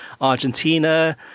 Argentina